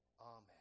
Amen